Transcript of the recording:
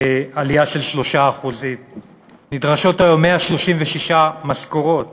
עלייה של 3%. נדרשות היום 136 משכורות